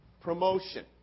promotion